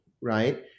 right